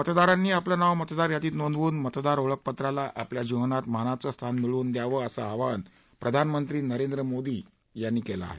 मतदारांनी आपलं नाव मतदार यादीत नोंदवून मतदार ओळखपत्राला आपल्या जीवनात मानाचं स्थान मिळवून द्यावं असं आवाहन प्रधानमंत्री नरेंद्र मोदी यांनी केलं आहे